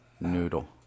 noodle